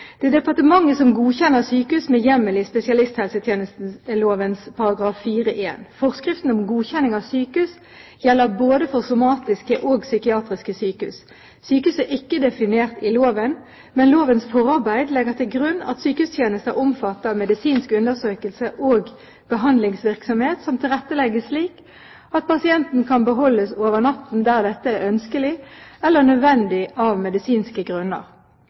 Det er departementet som godkjenner sykehus med hjemmel i spesialisthelsetjenesteloven § 4-1. Forskriften om godkjenning av sykehus gjelder både for somatiske og psykiatriske sykehus. Sykehus er ikke definert i loven, men lovens forarbeider legger til grunn at sykehustjenester omfatter medisinsk undersøkelse og behandlingsvirksomhet som tilrettelegges slik at pasienten kan beholdes over natten der dette er ønskelig eller nødvendig av medisinske grunner.